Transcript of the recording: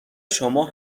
شما